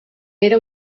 era